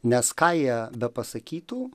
nes ką jie bepasakytų